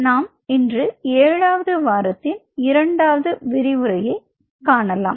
நாம் இன்று ஏழாவது வாரத்தின் இரண்டாவது விரிவுரையை காணலாம்